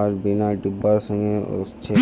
आर बिना डिब्बार संगे ओसछेक